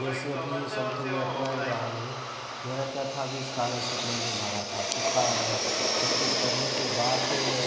जैसे अभी सम्थिंग मैं अपना ही उदाहरण दूँ मेरा क्या था अभी इस्कालरसिप मैंने भरा था तो का सब कुछ करने के बाद